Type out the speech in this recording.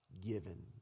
given